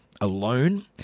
alone